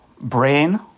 brain